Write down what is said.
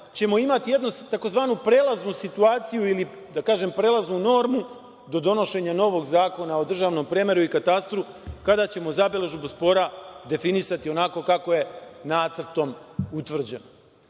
ćemo imati jednu tzv. prelaznu situaciju ili prelaznu normu do donošenja novog zakona o državnom premeru i katastru, kada ćemo zabeležbu spora definisati onako kako je nacrtom utvrđeno.